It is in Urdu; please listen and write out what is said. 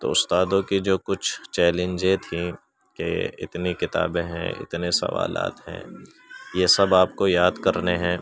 تو اُستادوں کی جو کچھ چیلینجیں تھیں کہ اتنی کتابیں ہیں اتنے سوالات ہیں یہ سب آپ کو یاد کرنے ہیں